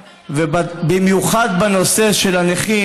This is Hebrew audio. ובמיוחד בנושא של הנכים,